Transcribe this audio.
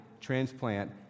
transplant